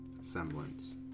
semblance